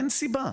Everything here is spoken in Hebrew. אין סיבה.